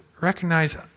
recognize